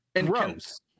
Gross